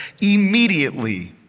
immediately